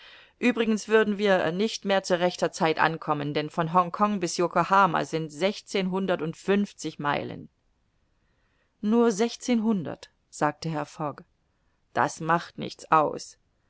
uebrigens würden wir nicht mehr zu rechter zeit ankommen denn von hongkong bis yokohama sind sechzehnhundertundfünfzig meilen nur sechzehnhundert sagte herr fogg das macht nichts aus